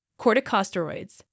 corticosteroids